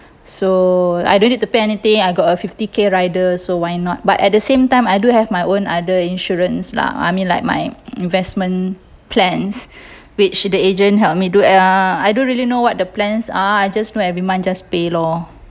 so I don't need to pay anything I got a fifty K rider so why not but at the same time I do have my own other insurance lah I mean like my investment plans which the agent help me do uh I don't really know what the plans are I just know every month just pay lor